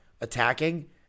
attacking